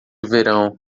verão